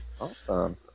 Awesome